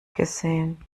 gesehen